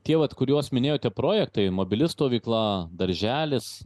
tie vat kuriuos minėjote projektai mobili stovykla darželis